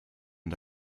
and